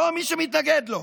לא מי שמתנגד לו.